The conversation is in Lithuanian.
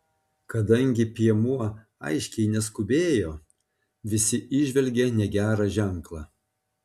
kadangi piemuo aiškiai neskubėjo visi įžvelgė negerą ženklą